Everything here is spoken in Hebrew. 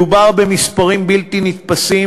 מדובר במספרים בלתי נתפסים,